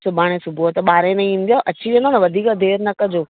सुभाणे सुबुह त ॿारहि ताईं ईंदो अची वेंदो न वधीक देरि न कॼो